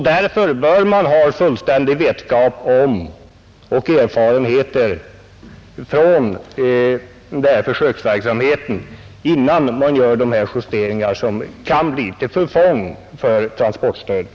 Därför bör man ha fullständig vetskap om och erfarenhet från den här försöksverksamheten innan man gör justeringar som kan bli till förfång för transportstödet.